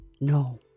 No